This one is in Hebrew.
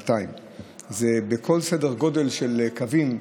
200. בכל סדר גודל של קווים,